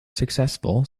successful